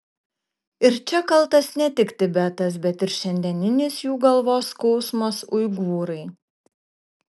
ir čia kaltas ne tik tibetas bet ir šiandieninis jų galvos skausmas uigūrai